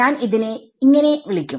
ഞാൻ ഇതിനെ എന്ന് വിളിക്കും